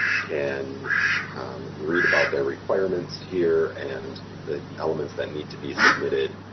can um read about their requirements here and the elements that need to be submitted